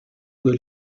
del